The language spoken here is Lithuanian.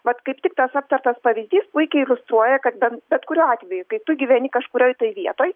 mat kaip tik tas aptartas pavyzdys puikiai iliustruoja kad ben bet kuriuo atveju kai tu gyveni kažkurioj vietoj